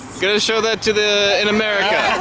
gonna show that to the in america